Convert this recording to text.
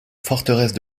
forteresse